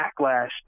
backlash